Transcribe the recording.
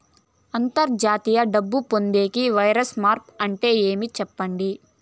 అంతర్జాతీయ డబ్బు పొందేకి, వైర్ మార్పు అంటే ఏమి? సెప్పండి?